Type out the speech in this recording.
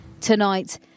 Tonight